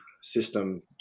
system